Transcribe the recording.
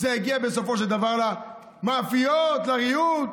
זה יגיע בסופו של דבר למאפיות, לריהוט.